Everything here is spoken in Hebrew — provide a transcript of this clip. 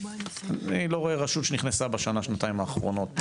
אני לא רואה רשות שנכנסה בשנה-שנתיים אחרונות.